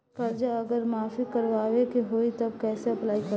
कर्जा अगर माफी करवावे के होई तब कैसे अप्लाई करम?